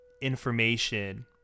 information